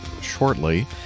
shortly